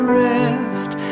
rest